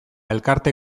elkarte